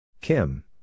Kim